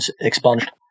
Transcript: expunged